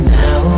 now